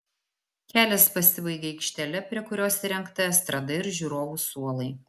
kelias pasibaigia aikštele prie kurios įrengta estrada ir žiūrovų suolai